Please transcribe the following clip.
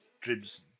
dribs